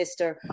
Mr